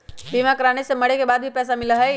बीमा कराने से मरे के बाद भी पईसा मिलहई?